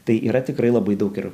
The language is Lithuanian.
tai yra tikrai labai daug ir